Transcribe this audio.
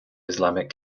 islamic